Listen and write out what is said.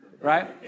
Right